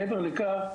מעבר לכך,